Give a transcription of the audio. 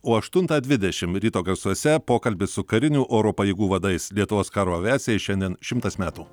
o aštuntą dvidešimt ryto garsuose pokalbis su karinių oro pajėgų vadais lietuvos karo aviacijai šiandien šimtas metų